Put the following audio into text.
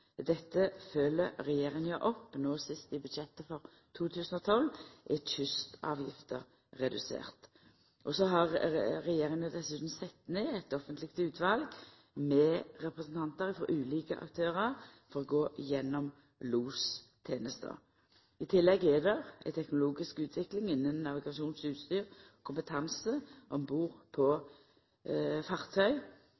Dette følgjer regjeringa opp – no sist, i budsjettet for 2012, er kystavgifta redusert. Regjeringa har dessutan sett ned eit offentleg utval med representantar frå ulike aktørar for å gå igjennom lostenesta. I tillegg er det ei teknologisk utvikling innan navigasjonsutstyr og kompetanse om bord på